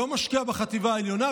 לא משקיע בחטיבה העליונה,